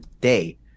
day